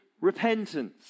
repentance